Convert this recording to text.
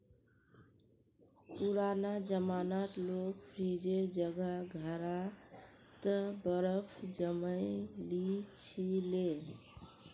पुराना जमानात लोग फ्रिजेर जगह घड़ा त बर्फ जमइ ली छि ले